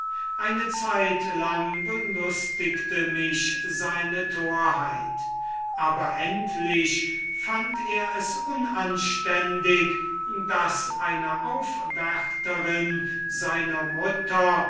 eine zeit lang belustigte mich seine torheit allein er wurde ungestüm er fand es unanständig daß eine aufwärterin seiner mutter